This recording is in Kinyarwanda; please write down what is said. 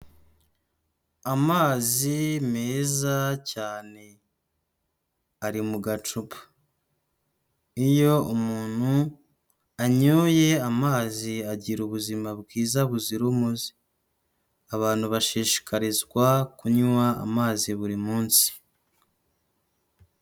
Amazi meza cyane ari mu gacupa. Iyo umuntu anyoye amazi agira ubuzima bwiza buzira umuze. Abantu bashishikarizwa kunywa amazi buri munsi.